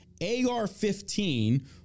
AR-15